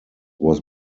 was